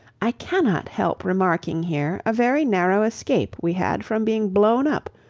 i cannot help remarking here a very narrow escape we had from being blown up,